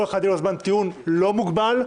לכל אחד יהיה זמן טיעון לא מוגבל,